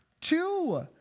Two